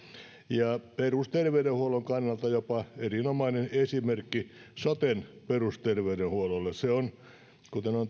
ja perusterveydenhuollon kannalta jopa erinomainen esimerkki soten perusterveydenhuollolle se on